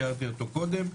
תיארתי אותו קודם.